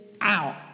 out